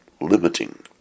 limiting